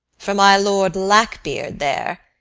for my lord lack-beard there,